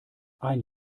ein